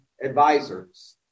advisors